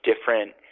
different